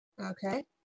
Okay